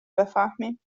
بفهمیم